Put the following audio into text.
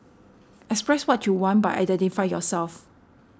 express what you want but identify yourself